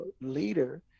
leader